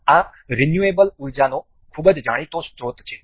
આ રિન્યુએબલrenewableપુનઃપ્રાપ્ય ઉર્જાનો ખૂબ જ જાણીતો સ્રોત છે